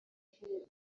bihingwa